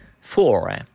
Four